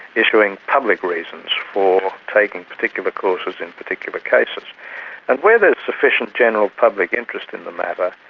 issuing public reasons for taking particular courses in particular cases, and where there's sufficient general public interest in the matter,